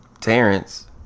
Terrence